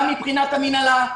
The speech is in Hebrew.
גם מבחינת המנהלה,